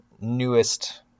newest